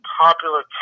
popular